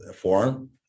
forearm